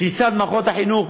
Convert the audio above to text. קריסת מערכות החינוך.